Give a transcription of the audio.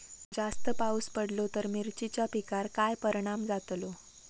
जास्त पाऊस पडलो तर मिरचीच्या पिकार काय परणाम जतालो?